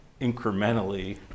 incrementally